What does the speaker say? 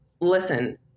listen